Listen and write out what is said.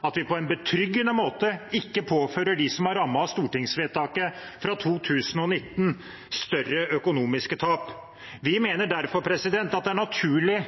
at vi på en betryggende måte ikke påfører dem som er rammet av stortingsvedtaket fra 2019, større økonomiske tap. Vi mener derfor at det er naturlig